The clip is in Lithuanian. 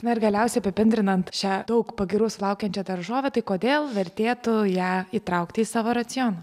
na ir galiausiai apibendrinant šią daug pagyrų sulaukiančią daržovę tai kodėl vertėtų ją įtraukti į savo racioną